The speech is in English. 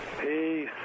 Peace